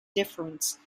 difference